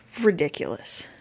ridiculous